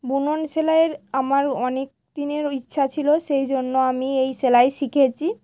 বুনন সেলাইয়ের আমার অনেক দিনের ইচ্ছা ছিলো সেই জন্য আমি এই সেলাই শিখেছি